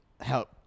help